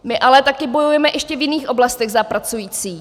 My ale také bojujeme ještě v jiných oblastech za pracující.